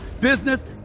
business